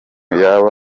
yaba